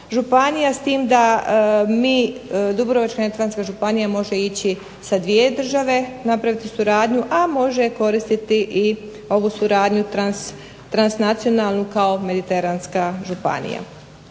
s tim da mi, Dubrovačko-neretvanska županija može ići sa dvije države napraviti suradnju, a može koristiti i ovu suradnju transnacionalnu kao mediteranska županija.